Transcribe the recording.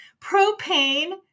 propane